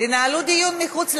תנהלו דיון מחוץ לאולם.